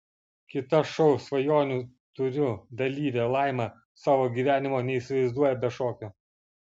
kita šou svajonę turiu dalyvė laima savo gyvenimo neįsivaizduoja be šokio